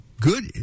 good